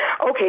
okay